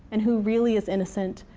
and who really is innocent,